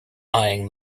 eyeing